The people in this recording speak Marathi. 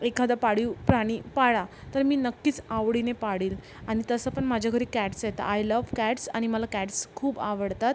एखादा पाळीव प्राणी पाळा तर मी नक्कीच आवडीने पाळील आणि तसं पण माझ्या घरी कॅट्स आहेत आय लव कॅट्स आणि मला कॅट्स खूप आवडतात